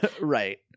Right